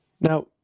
Now